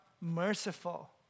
merciful